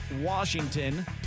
washington